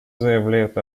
заявляют